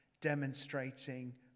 demonstrating